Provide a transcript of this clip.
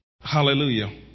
Hallelujah